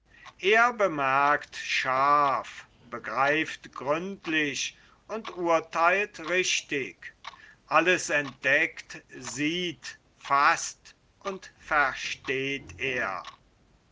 er bemerkt scharf begreift gründlich und urtheilt richtig alles entdeckt sieht faßt und versteht er